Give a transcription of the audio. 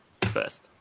first